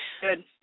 good